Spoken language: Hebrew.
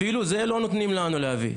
אפילו זה לא נותנים לנו להביא.